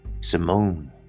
Simone